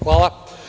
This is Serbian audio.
Hvala.